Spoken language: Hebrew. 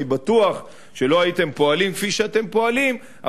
אני בטוח שלא הייתם פועלים כפי שאתם פועלים,